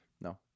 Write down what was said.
No